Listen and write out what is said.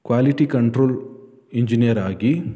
quality control ಇಂಜಿನಿಯರಾಗಿ